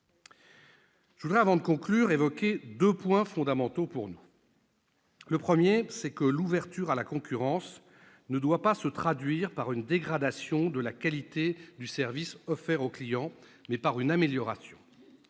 Je voudrais, avant de conclure, évoquer deux points fondamentaux pour nous. Premièrement, l'ouverture à la concurrence doit se traduire non pas par une dégradation de la qualité du service offert aux clients, mais par une amélioration.